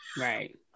Right